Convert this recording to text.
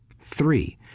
three